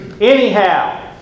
Anyhow